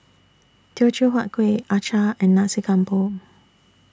Teochew Huat Kueh Acar and Nasi Campur